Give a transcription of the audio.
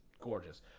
gorgeous